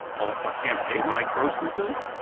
ah ah can't pay my grocery bills.